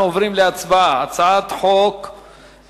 אנו עוברים להצבעה על הצעת חוק פ/1331,